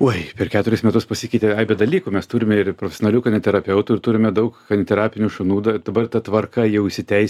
oi per keturis metus pasikeitė aibė dalykų mes turime ir profesionalių kaneterapeutų ir turime daug kaniterapinių šunų da dabar ta tvarka jau įsiteisėja